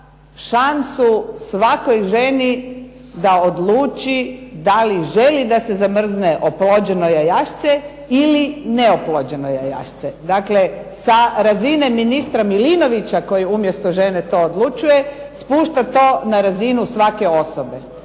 šansu svakoj ženi da odluči da li želi da se zamrzne oplođeno jajašce ili neoplođeno jajašce. Dakle, sa razine ministra Milinovića koji umjesto žene to odlučuje, spušta to na razinu svake osobe.